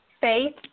Faith